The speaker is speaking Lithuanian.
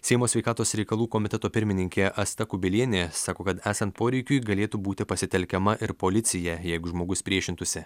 seimo sveikatos reikalų komiteto pirmininkė asta kubilienė sako kad esant poreikiui galėtų būti pasitelkiama ir policija jeigu žmogus priešintųsi